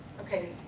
okay